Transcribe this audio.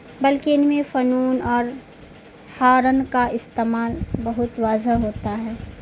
بلکہ ان میں فنون اور ہارن کا استعمال بہت واضح ہوتا ہے